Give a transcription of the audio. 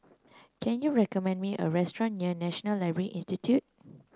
can you recommend me a restaurant near National Library Institute